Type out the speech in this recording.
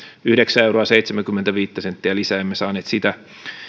yhdeksää euroa seitsemääkymmentäviittä senttiä lisää emme saaneet sitä